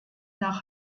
nach